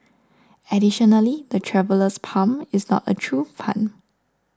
additionally the Traveller's Palm is not a true palm